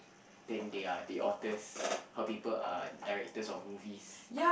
then they are the authors how people are directors of movies